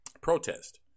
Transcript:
protest